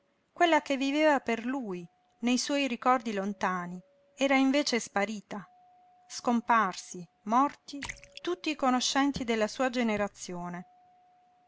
quella che viveva per lui nei suoi ricordi lontani era invece sparita scomparsi morti tutti i conoscenti della sua generazione